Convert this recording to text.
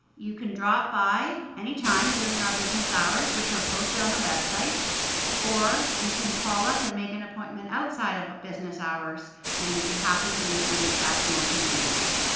you can drop by any time during our business hours, which are posted on the website or you can call us and make an appointment outside of business hours and we'd be happy to meet you if that's more convenient.